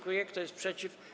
Kto jest przeciw?